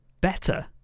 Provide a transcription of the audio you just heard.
better